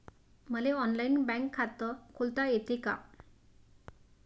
मले online bank खात खोलता येते का?